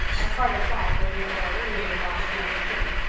and carter flagg will be a more agreeable boss than old kitty.